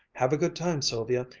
have a good time, sylvia.